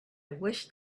wished